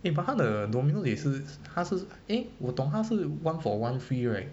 eh but 它的 Domino's 也是它是 eh 我懂它是 one for one free right